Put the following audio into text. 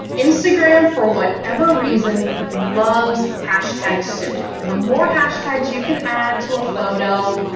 instagram, for whatever reason, loves hashtag soup. the more hashtags you can add to a photo,